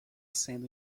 sendo